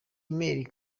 email